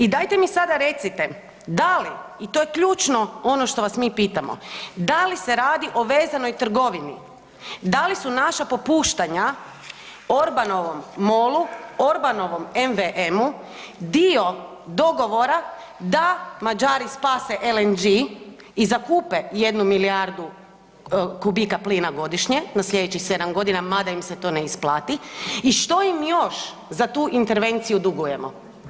I dajte mi sada recite da li i to je ključno ono što vas mi pitamo, da li se radi o vezanoj trgovini, da li su naša popuštanja Orbanovom MOL-u, Orbanovom MVM-u dio dogovora da Mađari spase LNG i zakupe jednu milijardu kubika plina godišnje na slijedećih 7 godina mada im se to ne isplati i što im još za tu intervenciju dugujemo?